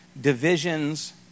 divisions